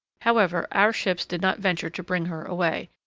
however, our ships did not venture to bring her away,